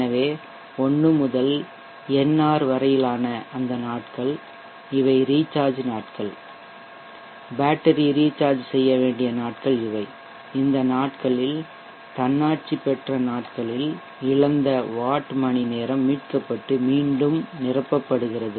எனவே 1 முதல் nr வரையிலான அந்த நாட்கள் இவை ரீசார்ஜ் நாட்கள் பேட்டரி ரீசார்ஜ் செய்ய வேண்டிய நாட்கள் இவை இந்த நாட்களில் தன்னாட்சி பெற்ற நாட்களில் இழந்த வாட் மணிநேரம் மீட்கப்பட்டு மீண்டும் நிரப்பப்படுகிறது